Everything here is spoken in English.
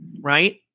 right